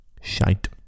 Shite